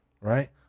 Right